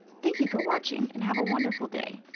thank you for watching and have a wonderful day!